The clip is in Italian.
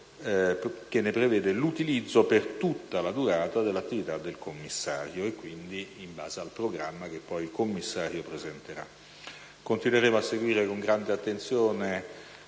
che ne prevede l'utilizzo per tutta la durata dell'attività del commissario (e quindi in base al programma che poi il commissario stesso presenterà). Continueremo quindi a seguire con grande attenzione